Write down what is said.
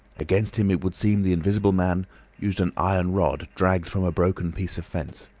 against him it would seem the invisible man used an iron rod dragged from a broken piece of fence.